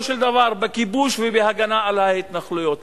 של דבר בכיבוש ובהגנה על ההתנחלויות.